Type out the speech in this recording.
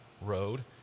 Road